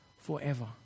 forever